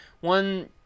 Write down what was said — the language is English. one